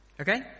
Okay